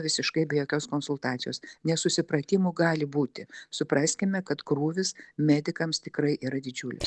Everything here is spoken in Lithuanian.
visiškai be jokios konsultacijos nesusipratimų gali būti supraskime kad krūvis medikams tikrai yra didžiulis